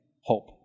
hope